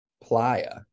playa